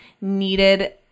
needed